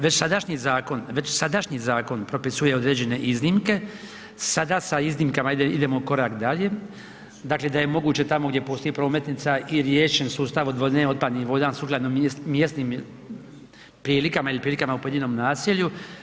Već sadašnji zakon, već sadašnji zakon propisuje određene iznimke, sada se iznimkama idemo korak dalje, dakle da je moguće tamo gdje postoji prometnica i riješen sustav odvodnje otpadnih voda sukladno mjesnim prilikama ili prilikama u pojedinom naselju.